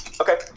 Okay